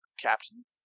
Captain